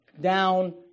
down